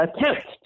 attempt